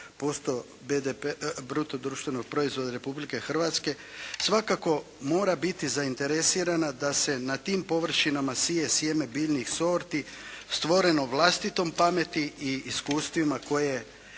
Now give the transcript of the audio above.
nastaje 11% bruto društvenog proizvoda Republike Hrvatske svakako mora biti zainteresirana da se na tim površinama sije sjeme biljnih sorti stvoreno vlastitom pameti i iskustvima koje